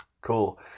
Cool